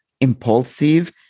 impulsive